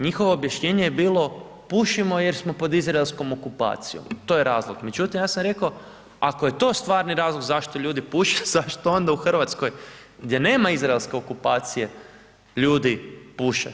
Njihovo objašnjenje je bilo, pušimo jer smo pod izraelskom okupacijom, to je razlog, međutim ja sam rekao ako je to stvarni razlog zašto ljudi puše, zašto onda u Hrvatskoj gdje nema izraelske okupacije ljudi puše.